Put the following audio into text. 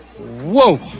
Whoa